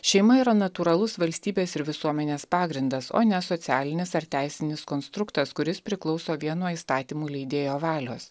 šeima yra natūralus valstybės ir visuomenės pagrindas o ne socialinis ar teisinis konstruktas kuris priklauso vien nuo įstatymų leidėjo valios